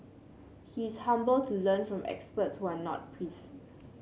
he is humble to learn from experts who are not priests